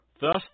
Thus